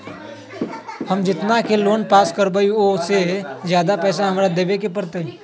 हम जितना के लोन पास कर बाबई ओ से ज्यादा पैसा हमरा देवे के पड़तई?